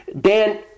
Dan